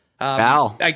Wow